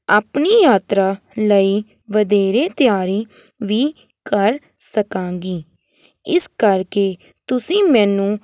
ਆਪਣੀ ਯਾਤਰਾ ਲਈ ਵਧੇਰੇ ਤਿਆਰੀ ਵੀ ਕਰ ਸਕਾਂਗੀ ਇਸ ਕਰਕੇ ਤੁਸੀਂ ਮੈਨੂੰ